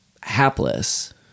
hapless